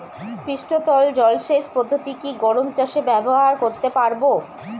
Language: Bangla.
পৃষ্ঠতল জলসেচ পদ্ধতি কি গম চাষে ব্যবহার করতে পারব?